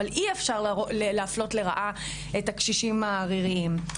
אבל אי אפשר להפלות לרעה את הקשישים העריריים.